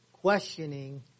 questioning